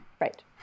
Right